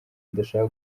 badashaka